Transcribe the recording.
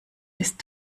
ist